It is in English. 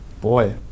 Boy